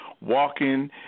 walking